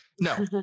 no